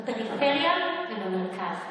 בפריפריה ובמרכז.